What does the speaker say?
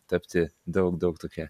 tapti daug daug tokia